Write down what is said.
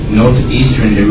northeastern